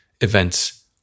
events